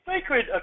sacred